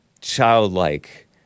childlike